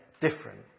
different